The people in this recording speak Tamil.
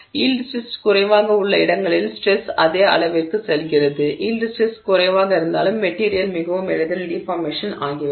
எனவே யீல்டு ஸ்ட்ரெஸ் குறைவாக உள்ள இடங்களில் ஸ்ட்ரெஸ் அதே அளவிற்கு செல்கிறது யீல்டு ஸ்ட்ரெஸ் குறைவாக இருந்தாலும் மெட்டிரியல் மிகவும் எளிதில் டிஃபார்மேஷன் ஆகிவிடும்